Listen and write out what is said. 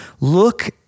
Look